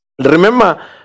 Remember